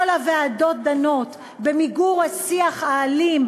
כל הוועדות דנות במיגור השיח האלים,